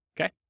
Okay